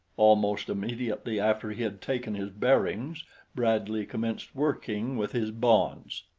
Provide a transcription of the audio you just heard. almost immediately after he had taken his bearings bradley commenced working with his bonds.